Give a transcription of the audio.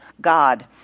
God